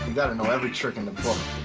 gotta know every trick in the book.